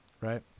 right